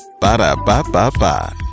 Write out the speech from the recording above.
Ba-da-ba-ba-ba